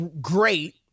great